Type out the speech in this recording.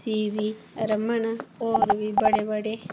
CV Raman और बी बडे़ बडे़